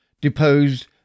deposed